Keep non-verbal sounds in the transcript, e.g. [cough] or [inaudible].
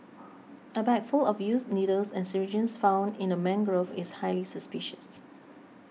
[noise] a bag full of used needles and syringes found in a mangrove is highly suspicious